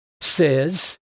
says